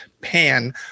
pan